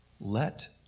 let